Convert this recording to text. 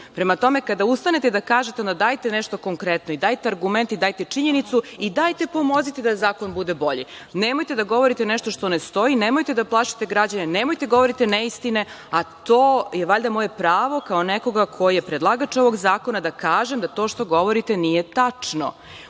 tome, kada ustanete da kažete, onda dajte nešto konkretno i dajte argument i dajte činjenicu i dajte pomozite da zakon bude bolji. Nemojte da govorite nešto što ne stoji, nemojte da plašite građane, nemojte da govorite neistine, a to je valjda moje pravo kao nekoga ko je predlagač ovog zakona da kažem da to što govorite nije tačno.